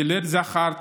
תלד זכר,